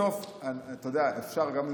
אפשר להיות